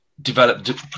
Develop